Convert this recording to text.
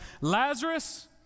Lazarus